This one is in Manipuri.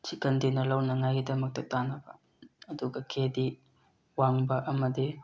ꯆꯤꯛꯀꯟ ꯗꯤꯟꯅꯔ ꯂꯧꯅꯉꯥꯏꯒꯤꯗꯃꯛꯇ ꯇꯥꯟꯅꯕ ꯑꯗꯨꯒ ꯀꯦ ꯗꯤ ꯋꯥꯡꯕ ꯑꯃꯗꯤ